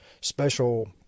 special